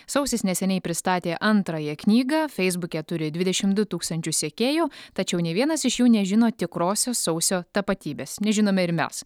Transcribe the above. sausis neseniai pristatė antrąją knygą feisbuke turi dvidešimt du tūkstančius sekėjų tačiau nė vienas iš jų nežino tikrosios sausio tapatybės nežinome ir mes